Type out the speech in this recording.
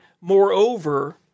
moreover